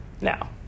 now